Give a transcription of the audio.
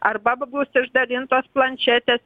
arba bus išdalintos planšetės